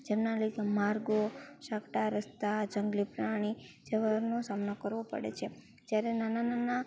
જેમના લીધે માર્ગો સાંકડા રસ્તા જંગલી પ્રાણી જેવાનો સામનો કરવો પડે છે જ્યારે નાના નાના